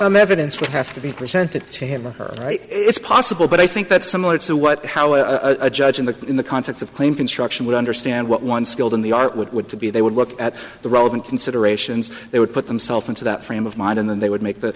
some evidence would have to be presented to him or her it's possible but i think that's similar to what how a judge in the in the context of claim construction would understand what one skilled in the art would would to be they would look at the relevant considerations they would put themselves into that frame of mind and then they would make th